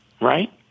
right